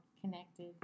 connected